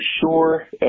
sure